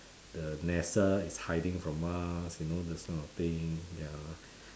the NASA is hiding from us you know those kind of things ya